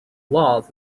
laws